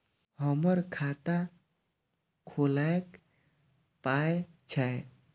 हमर खाता खौलैक पाय छै